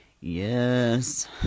Yes